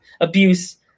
Abuse